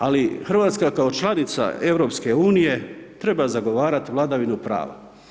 Ali Hrvatska kao članica EU, treba zagovarati vladavinu prava.